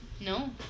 No